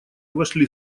вошли